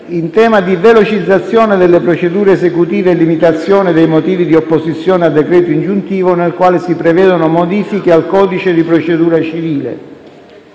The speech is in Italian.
in tema di velocizzazione delle procedure esecutive e limitazione dei motivi di opposizione a decreto ingiuntivo, nel quale si prevedono modifiche al codice di procedura civile;